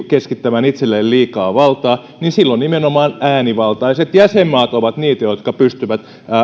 keskittämään itselleen liikaa valtaa niin silloin nimenomaan äänivaltaiset jäsenmaat ovat niitä jotka pystyvät